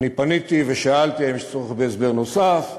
אני פניתי ושאלתי אם יש צורך בהסבר נוסף,